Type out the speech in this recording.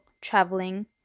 traveling